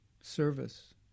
service